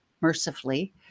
mercifully